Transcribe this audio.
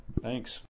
thanks